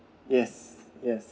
yes yes